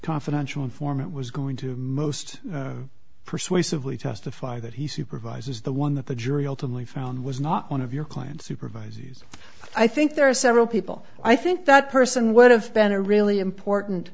confidential informant was going to most persuasively testify that he supervises the one that the jury ultimately found was not one of your clients supervisors i think there are several people i think that person would have been a really important